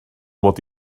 mod